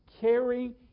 carry